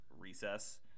recess